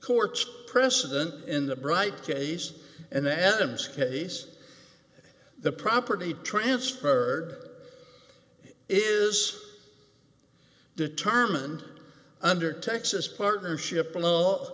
court's precedent in the bright case and adam's case the property transferred is determined under texas partnership law